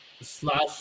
Slash